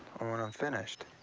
or when i'm finished.